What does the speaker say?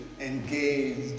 engaged